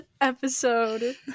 episode